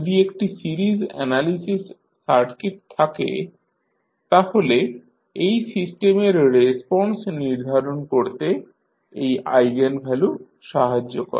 যদি একটি series analysis circuit থাকে তাহলে এই সিস্টেমের রেসপন্স নির্ধারণ করতে এই আইগেনভ্যালু সাহায্য করে